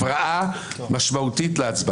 הרוויזיה הוסרה.